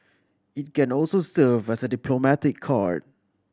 it can also serve as a diplomatic card